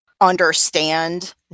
understand